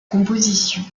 composition